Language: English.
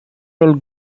old